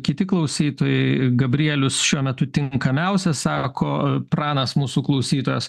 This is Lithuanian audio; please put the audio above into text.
kiti klausytojai gabrielius šiuo metu tinkamiausias sako pranas mūsų klausytojas